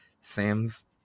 Sam's